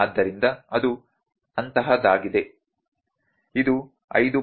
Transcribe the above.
ಆದ್ದರಿಂದ ಅದು ಅಂತಹದ್ದಾಗಿದೆ ಇದು 5